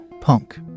punk